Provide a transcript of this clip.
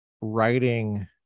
writing